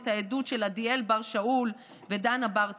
את העדות של עדיאל בר שאול ודנה בר צבי.